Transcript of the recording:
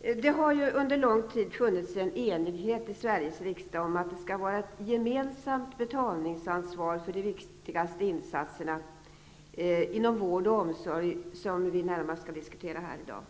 Det har under lång tid funnits en enighet i Sveriges riksdag om att det skall vara ett gemensamt betalningsansvar för de viktigaste insatserna inom vård och omsorg, som vi närmast skall diskutera här i dag.